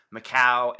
Macau